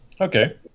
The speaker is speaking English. okay